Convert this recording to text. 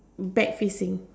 back facing